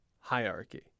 hierarchy